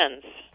friends